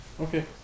Okay